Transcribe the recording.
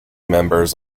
members